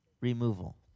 removal